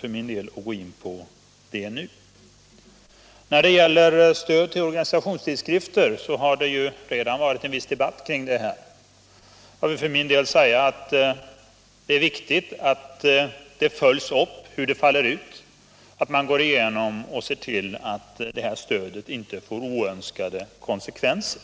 för mig att gå in på den saken nu. När det gäller stödet till informationstidskrifter har det redan förekommit en viss debatt. Jag vill för min del säga att det är viktigt att utfallet följs upp samt att man går igenom materialet och ser till att stödet inte får oönskade konsekvenser.